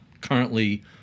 currently